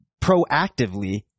proactively